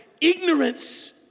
ignorance